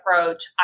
approach